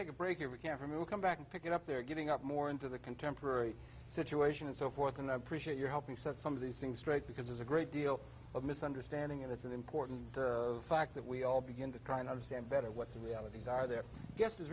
take a break here we can never move come back and pick it up they're getting out more into the contemporary situation and so forth and i appreciate your helping set some of these things straight because there's a great deal of misunderstanding and it's an important fact that we all begin to try and understand better what the realities are their guest is